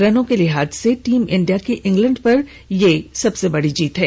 रनों के लिहाज से टीम इंडिया की इंग्लैंड पर सबसे बड़ी जीत है